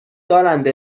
دارند